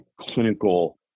clinical